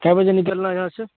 کے بجے نکلنا ہے یہاں سے